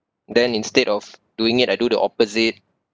then instead of doing it I do the opposite